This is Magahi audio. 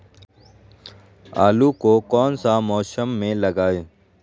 आलू को कौन सा मौसम में लगाए?